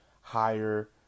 Higher